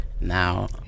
now